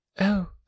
Oh